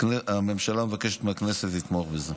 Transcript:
הממשלה מבקשת מהכנסת לתמוך בזה.